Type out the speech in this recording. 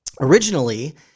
originally